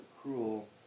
cruel